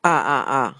ah ah ah